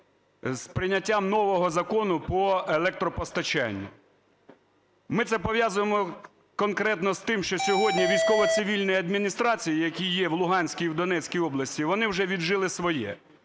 з прийняттям нового закону по електропостачанню. Ми це пов'язуємо конкретно з тим, що сьогодні військово-цивільні адміністрації, які є в Луганській і в Донецькій областях, вони вже віджили своє.